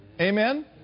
Amen